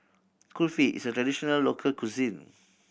Kulfi is a traditional local cuisine